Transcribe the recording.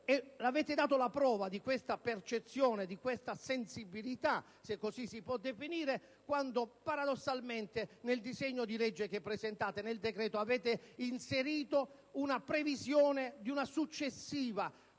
Avete dato la prova di questa percezione, di questa sensibilità - se così si può definire - quando, paradossalmente, nel disegno di legge avete inserito una previsione di una successiva riforma